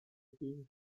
being